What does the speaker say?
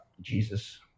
Jesus